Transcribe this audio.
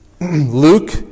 Luke